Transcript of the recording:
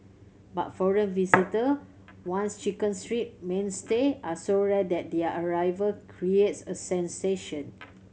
but foreign visitor once Chicken Street mainstay are so rare that their arrival creates a sensation